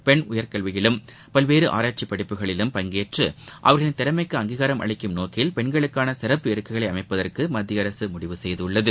பெண்கள் பல்வேறு ஆராய்ச்சி படிப்புகளிலும் பங்கேற்று அவர்களின் திறமைக்கு அங்கீகாரம் அளிக்கும் நோக்கில் பென்களுக்கான சிறப்பு இருக்கைகளை அமைப்பதற்கு மத்திய அரசு முடிவு செய்துள்ளது